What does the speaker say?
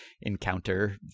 encounter